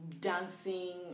dancing